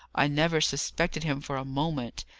i never suspected him for a moment.